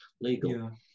legal